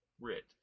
writ